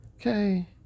Okay